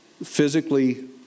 Physically